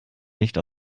nicht